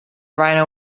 rhino